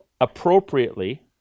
appropriately